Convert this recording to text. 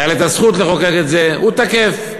הייתה לי הזכות לחוקק את זה, הוא תקף.